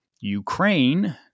Ukraine